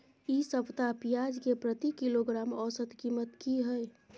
इ सप्ताह पियाज के प्रति किलोग्राम औसत कीमत की हय?